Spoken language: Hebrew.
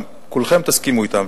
כולכם תסכימו אתנו.